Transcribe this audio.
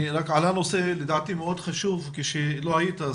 עלה נושא לדעתי מאוד חשוב כשלא היית,